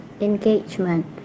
engagement